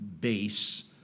base